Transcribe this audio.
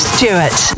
Stewart